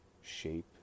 shape